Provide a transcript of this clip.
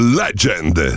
legend